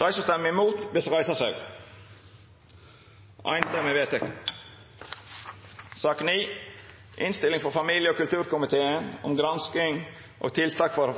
Dei Grøne og Raudt har varsla støtte til forslaget. Høgre, Framstegspartiet og Venstre har varsla at dei vil røysta imot. Under debatten er